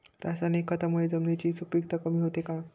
रासायनिक खतांमुळे जमिनीची सुपिकता कमी होते का?